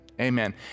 Amen